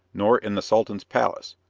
nor in the sultan's palace,